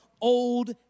old